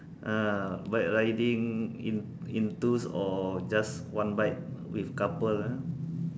uh bike riding in in twos or just one bike with couple ah